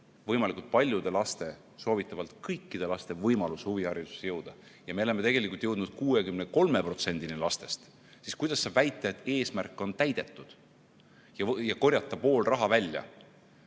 võimalikult paljude laste, soovitavalt kõikide laste võimalus huviharidust saada, aga me oleme tegelikult jõudnud 63%-ni lastest? Kuidas sel juhul saab väita, et eesmärk on täidetud, ja korjata pool raha välja,